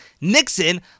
Nixon